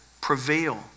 prevail